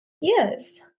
Yes